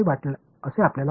மாணவர் மூல நிலை